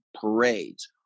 parades